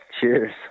Cheers